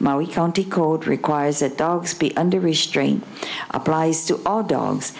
molly county court requires that dogs be under restraint applies to all dogs